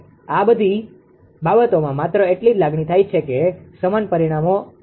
આ બધી બાબતોમાં માત્ર એટલી જ લાગણી થાય છે કે સમાન પરિમાણો વપરાય છે